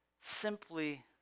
simply